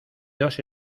dos